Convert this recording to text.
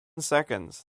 seconds